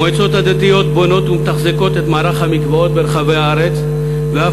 המועצות הדתיות בונות ומתחזקות את מערך המקוואות ברחבי הארץ ואף